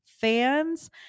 fans